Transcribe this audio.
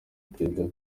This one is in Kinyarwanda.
perezida